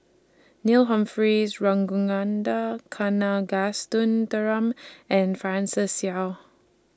Neil Humphreys Ragunathar Kanagasuntheram and Francis Seow